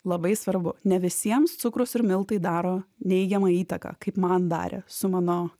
labai svarbu ne visiems cukrus ir miltai daro neigiamą įtaką kaip man darė su mano